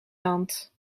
land